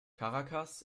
caracas